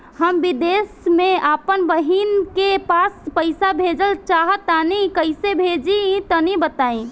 हम विदेस मे आपन बहिन के पास पईसा भेजल चाहऽ तनि कईसे भेजि तनि बताई?